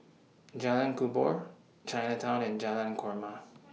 Jalan Kubor Chinatown and Jalan Korma